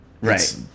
right